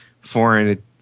foreign